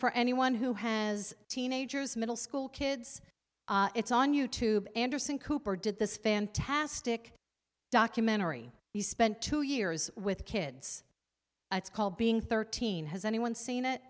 for anyone who has teenagers middle school kids it's on you tube anderson cooper did this fantastic documentary you spent two years with kids it's called being thirteen has anyone seen it